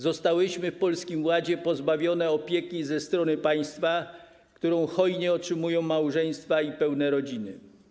Zostałyśmy w Polskim Ładzie pozbawione opieki ze strony państwa, którą hojnie otrzymują małżeństwa i pełne rodziny.